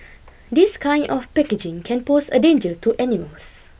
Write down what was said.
this kind of packaging can pose a danger to animals